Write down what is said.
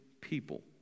people